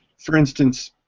for instance,